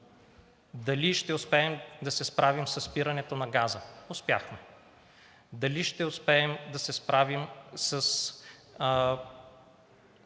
дали ще успеем да се справим със спирането на газа? Успяхме. Дали ще успеем да се справим с